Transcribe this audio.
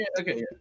Okay